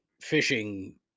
Fishing